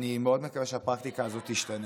אני מאוד מקווה שהפרקטיקה הזאת תשתנה.